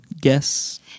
guess